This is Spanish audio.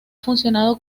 funcionado